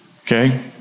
okay